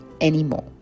anymore